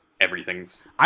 everything's